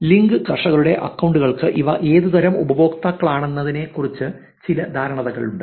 link ഫാർമേഴ്സിന്റെ അക്കൌണ്ടുകൾക്ക് ഇവ ഏതുതരം ഉപയോക്താക്കളാണെന്നതിനെക്കുറിച്ച് ചില ധാരണകളുണ്ട്